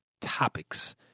topics